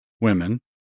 women